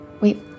Wait